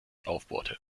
aufbohrte